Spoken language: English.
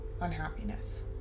unhappiness